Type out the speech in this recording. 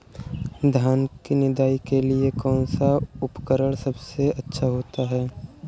धान की निदाई के लिए कौन सा उपकरण सबसे अच्छा होता है?